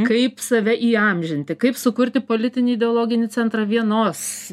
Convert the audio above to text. kaip save įamžinti kaip sukurti politinį ideologinį centrą vienos